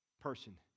person